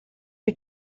you